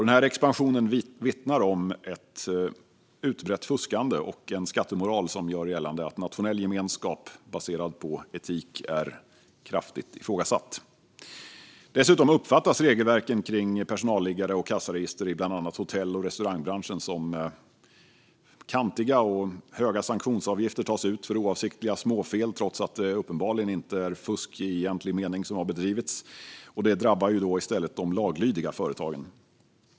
Denna expansion vittnar om ett utbrett fuskande och en skattemoral som gör gällande att nationell gemenskap baserad på etik är kraftigt ifrågasatt. Dessutom uppfattas regelverken kring personalliggare och kassaregister i bland annat hotell och restaurangbranschen som kantiga. Höga sanktionsavgifter tas ut för oavsiktliga småfel, trots att det uppenbarligen inte är fusk i egentlig mening som har bedrivits. Det drabbar i stället de laglydiga företagen.